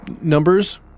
numbers